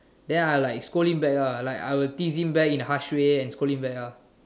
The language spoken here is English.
then I like scold him back ah like I will tease him back in a harsh way and scold him back ah